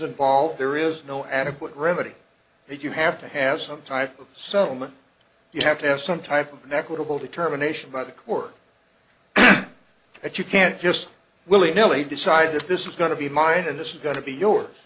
involved there is no adequate remedy that you have to have some type of settlement you have to have some type of negligible determination by the court but you can't just willy nilly decide that this is going to be mine and this is going to be yours